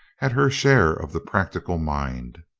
had her share of the practical mind.